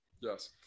Yes